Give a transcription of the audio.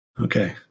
okay